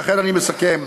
לכן, אני מסכם: